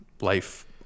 life